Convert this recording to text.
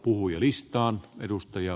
arvoisa puhemies